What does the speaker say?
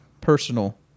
personal